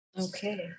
Okay